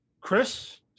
Chris